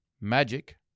Magic